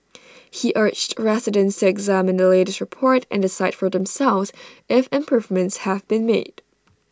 he urged residents to examine the latest report and decide for themselves if improvements have been made